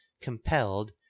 compelled